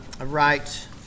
right